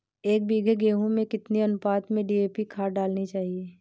एक बीघे गेहूँ में कितनी अनुपात में डी.ए.पी खाद डालनी चाहिए?